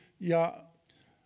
ja